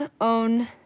own